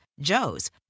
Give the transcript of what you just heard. Joe's